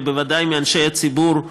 ובוודאי מאנשי הציבור,